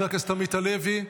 חבר הכנסת עמית הלוי,